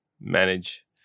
manage